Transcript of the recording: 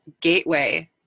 gateway